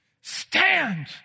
Stand